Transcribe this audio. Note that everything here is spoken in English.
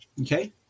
okay